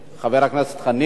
חבר הכנסת חנין,